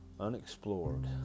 unexplored